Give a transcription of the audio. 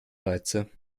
reize